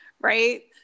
Right